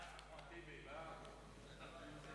הצעת ועדת הכנסת